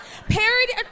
parody